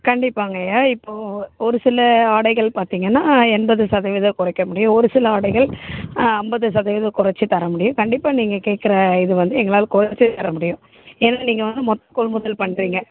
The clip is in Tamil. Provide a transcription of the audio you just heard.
கண்டிப்பாங்கய்யா இப்போது ஒரு சில ஆடைகள் பார்த்தீங்கன்னா எண்பது சதவிதம் குறைக்க முடியும் ஒரு சில ஆடைகள் ஐம்பது சதவிதம் குறச்சி தரமுடியும் கண்டிப்பாக நீங்கள் கேட்குற இது வந்து எங்களால் குறச்சி தரமுடியும் ஏன்னா நீங்கள் வந்து மொத்த கொள்முதல் பண்ணுறிங்க